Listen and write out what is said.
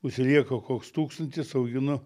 užsilieka koks tūkstantis auginu